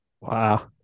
Wow